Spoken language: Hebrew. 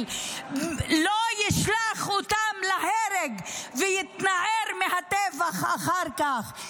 ולא ישלח אותם להרג ויתנער אחר כך מהטבח.